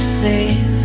safe